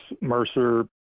Mercer